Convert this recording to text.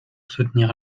soutenir